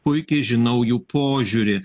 puikiai žinau jų požiūrį